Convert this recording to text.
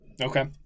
Okay